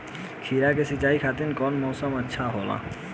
खीरा के सिचाई खातिर कौन मोटर अच्छा होला?